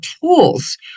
tools